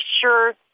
sure